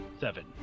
Seven